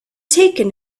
taken